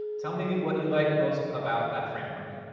tell me what you like most about that framework.